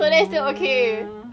ah